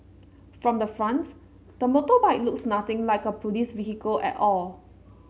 from the front the motorbike looks nothing like a police vehicle at all